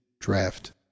draft